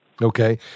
Okay